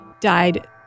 died